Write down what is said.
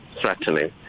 threatening